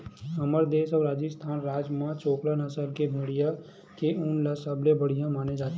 हमर देस अउ राजिस्थान राज म चोकला नसल के भेड़िया के ऊन ल सबले बड़िया माने जाथे